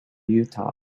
utah